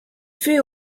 fais